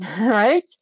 right